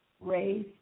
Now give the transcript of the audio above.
raise